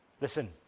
listen